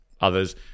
others